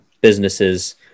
businesses